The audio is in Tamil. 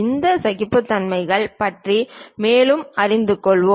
இந்த சகிப்புத்தன்மைகளைப் பற்றி மேலும் அறிந்து கொள்வோம்